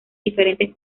diferentes